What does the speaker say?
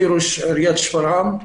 אני ראש עיירית שפרעם,